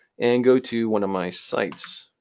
and go to one of my sites.